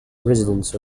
residents